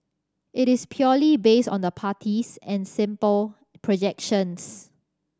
it is purely based on the parties and simple projections